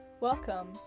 Welcome